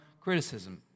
criticism